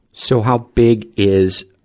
so how big is,